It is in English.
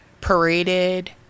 paraded